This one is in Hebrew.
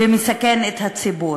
שמסכן את הציבור,